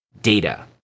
data